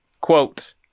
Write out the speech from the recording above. quote